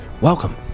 Welcome